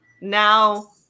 Now